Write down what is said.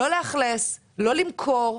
לאכלס, למכור.